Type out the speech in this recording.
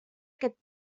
aquest